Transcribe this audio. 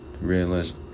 realized